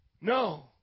No